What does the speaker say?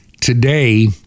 Today